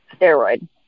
steroid